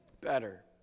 better